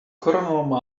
coronal